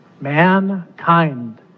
Mankind